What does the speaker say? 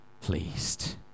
pleased